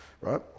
right